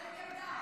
איך היא ירדה?